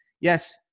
yes